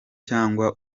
cyangwa